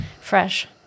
fresh